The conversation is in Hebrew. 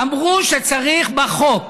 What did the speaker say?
אמרו שצריך בחוק